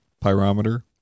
pyrometer